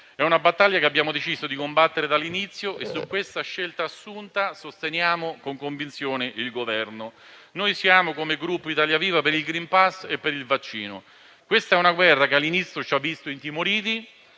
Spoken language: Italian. È una battaglia che abbiamo deciso di combattere dall'inizio e su questa scelta assunta sosteniamo con convinzione il Governo. Noi siamo, come Gruppo Italia Viva, per il *green pass* e per il vaccino. Questa guerra all'inizio ci ha visto intimoriti,